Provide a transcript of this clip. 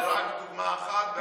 זו רק דוגמה אחת,